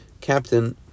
captain